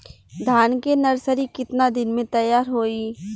धान के नर्सरी कितना दिन में तैयार होई?